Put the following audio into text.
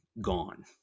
gone